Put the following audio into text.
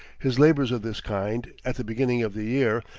his labors of this kind, at the beginning of the year,